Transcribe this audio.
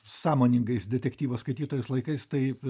sąmoningais detektyvo skaitytojo laikais taip